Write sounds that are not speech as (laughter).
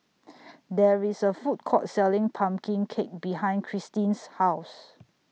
(noise) There IS A Food Court Selling Pumpkin Cake behind Christeen's House